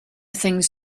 things